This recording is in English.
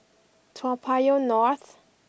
Toa Payoh North